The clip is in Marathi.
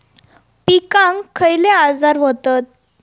पिकांक खयले आजार व्हतत?